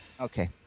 Okay